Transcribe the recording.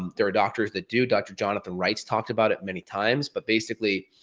there are doctors that do, dr. jonathan write talked about it many times, but basically,